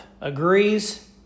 agrees